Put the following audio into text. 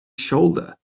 shoulder